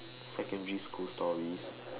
secondary school stories